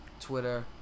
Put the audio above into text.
Twitter